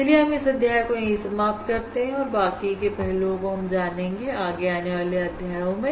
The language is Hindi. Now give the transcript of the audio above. तो चलिए हम यह अध्याय यहीं समाप्त करते हैं और बाकी के पहलुओं को हम जानेंगे आगे आने वाले अध्यायों में